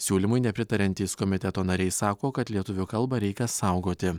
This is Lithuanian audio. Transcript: siūlymui nepritariantys komiteto nariai sako kad lietuvių kalbą reikia saugoti